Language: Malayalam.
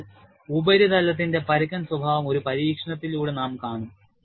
അതിനാൽ ഉപരിതലത്തിന്റെ പരുക്കൻ സ്വഭാവം ഒരു പരീക്ഷണത്തിലൂടെ നാം കാണും